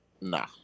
Nah